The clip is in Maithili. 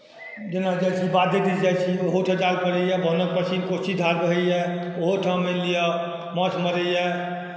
जेना जाइत छी बाधे दिश जाइत छी ओहो टेटाल पड़ैए गामक पश्चिम कोशीक धार बहैए ओहोठाम मानि लियऽ माछ मरैए